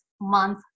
month